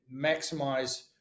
maximize